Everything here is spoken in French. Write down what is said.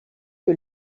que